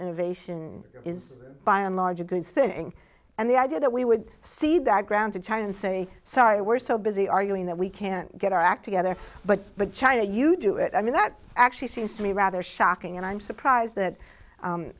innovation is biologic good thing and the idea that we would see that ground to china and say sorry we're so busy arguing that we can't get our act together but the china you do it i mean that actually seems to me rather shocking and i'm surprised that